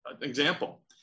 Example